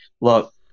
look